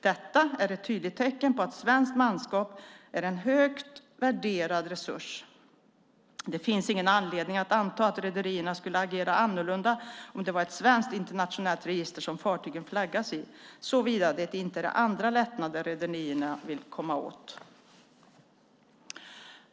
Detta är ett tydligt tecken på att svenskt manskap är en högt värderad resurs. Det finns ingen anledning att anta att rederierna skulle agera annorlunda om det var ett svenskt internationellt register som fartygen flaggas i, såvida det inte är andra lättnader rederierna vill komma åt.